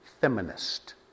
feminist